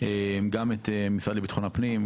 גם את המשרד לביטחון הפנים,